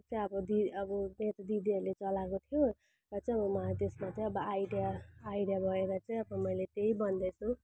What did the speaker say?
चाहिँ अब दी अब मेरो त दिदीहरूले चलाएको थियो र चाहिं ममा चाहिँ त्यसमा चाहिँ आइडिया आइडिया भएर चाहिँ अब मैले त्यही भन्दैछु